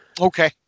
Okay